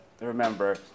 remember